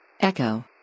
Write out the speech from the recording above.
Echo